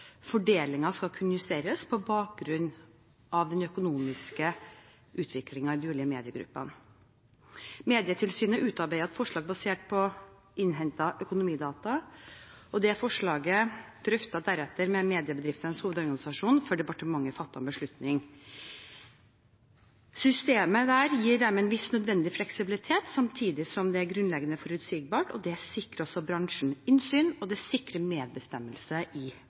fordelingen skal kunne justeres på bakgrunn av den økonomiske utviklingen i de ulike mediegruppene. Medietilsynet utarbeidet et forslag basert på innhentede økonomidata, og det forslaget ble deretter drøftet med Mediebedriftenes Landsforening før departementet fattet en beslutning. Systemet der gir dermed en viss nødvendig fleksibilitet, samtidig som det er grunnleggende forutsigbart, og det sikrer også bransjen innsyn, og det sikrer medbestemmelse i